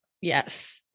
Yes